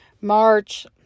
March